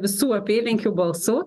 visų apylinkių balsų